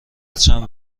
چند